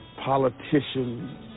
politician